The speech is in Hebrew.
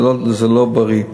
זה לא בריא.